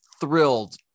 thrilled